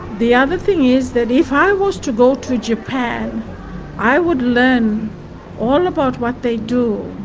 the other thing is that if i was to go to japan i would learn all about what they do,